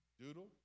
doodle